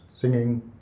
singing